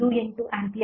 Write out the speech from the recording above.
8 ampere